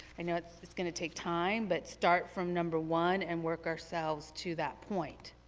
i know it's it's going to take time but start from number one and work ourselves to that point.